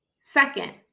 Second